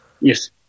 Yes